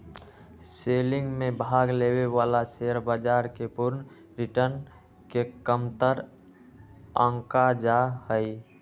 selling में भाग लेवे वाला शेयर बाजार के पूर्ण रिटर्न के कमतर आंका जा हई